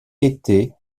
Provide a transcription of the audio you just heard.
été